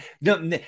No